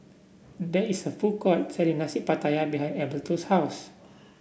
there is a food court selling Nasi Pattaya behind Alberto's house